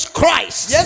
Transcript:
Christ